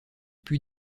put